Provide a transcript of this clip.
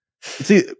see